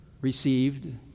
received